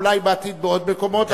ואולי בעתיד בעוד מקומות,